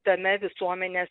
tame visuomenės